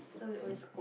so we always